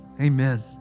amen